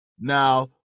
now